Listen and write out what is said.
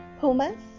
Pumas